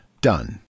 Done